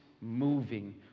moving